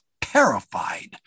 terrified